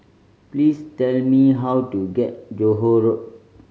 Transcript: please tell me how to get Johore Road